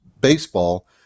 baseball